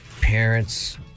parents